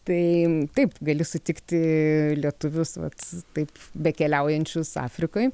tai taip gali sutikti lietuvius vat taip bekeliaujančius afrikoj